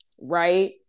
right